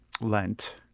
Lent